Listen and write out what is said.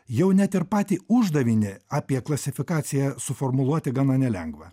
jau net ir patį uždavinį apie klasifikaciją suformuluoti gana nelengva